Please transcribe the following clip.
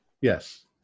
Yes